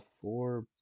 four